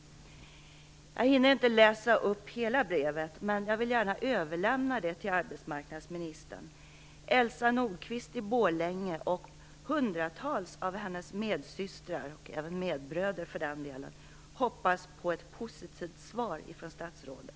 Jag hinner inte läsa upp hela brevet, men jag vill gärna överlämna det till arbetsmarknadsministern. - och även medbröder, för den delen - hoppas på ett positivt svar från statsrådet.